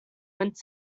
went